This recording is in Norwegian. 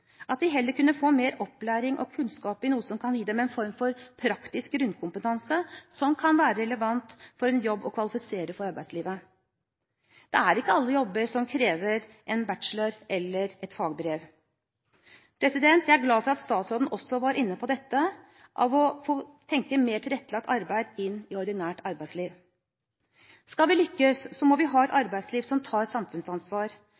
at de heller kunne få mer opplæring og kunnskap i noe som kan gi dem en form for praktisk grunnkompetanse, som kan være relevant for en jobb, og kvalifisere for arbeidslivet. Det er ikke alle jobber som krever en bachelor eller et fagbrev. Jeg er glad for at statsråden også var inne på dette med å tenke mer tilrettelagt arbeid inn i ordinært arbeidsliv. Skal vi lykkes, må vi ha et